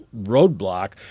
roadblock